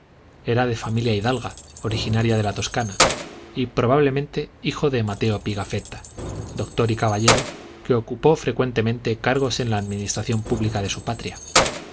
era de familia hidalga originaria de la toscana y probablemente hijo del mateo pigafetta doctor y caballero que ocupó frecuentemente cargos en la administración pública de su patria